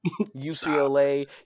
UCLA